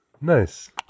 Nice